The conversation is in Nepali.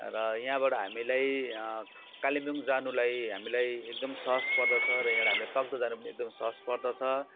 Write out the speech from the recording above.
र यहाँबाट हामीलाई कालिम्पोङ जानुलाई हामीलाई एकदम सहज पर्दछ र यहाँबाट हामीलाइ तकदाह जानु पनि एकदम सहज पर्दछ